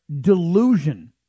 delusion